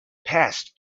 passed